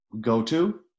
go-to